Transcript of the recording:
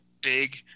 big